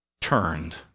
turned